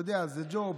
זה ג'וב,